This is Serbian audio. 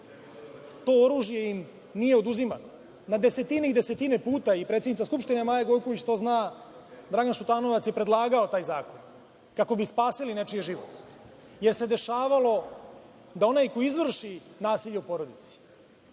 To oružje im nije oduzimano. Na desetine i desetine puta, i predsednica Skupštine Maja Gojković to zna, Dragan Šutanovac je predlagao taj zakon, kako bi spasili nečiji život, jer se dešavalo da onaj ko izvrši nasilje u porodici